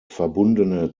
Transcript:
verbundene